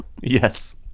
Yes